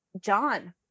John